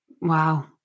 wow